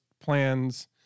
plans